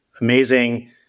amazing